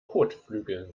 kotflügeln